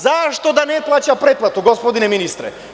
Zašto da ne plaća pretplatu, gospodine ministre?